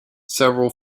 several